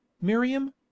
Miriam